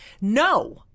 No